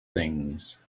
things